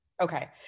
Okay